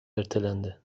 ertelendi